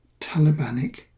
Talibanic